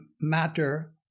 matter